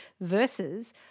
versus